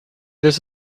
this